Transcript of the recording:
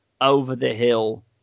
over-the-hill